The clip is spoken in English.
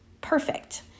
perfect